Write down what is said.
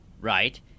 Right